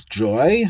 joy